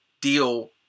deal